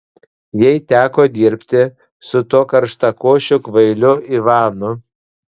jai teko dirbti su tuo karštakošiu kvailiu ivanu